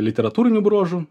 literatūrinių bruožų